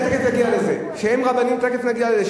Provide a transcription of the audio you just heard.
תיכף אני אגיע לזה, תיכף נגיע לזה.